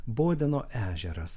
bodeno ežeras